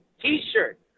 T-shirt